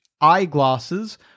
eyeglasses